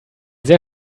sehr